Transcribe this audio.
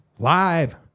Live